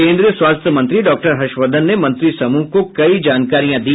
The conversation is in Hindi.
केंद्रीय स्वास्थ्य मंत्री डाक्टर हर्ष वर्धन ने मंत्री समूह को कई जानकारियां दी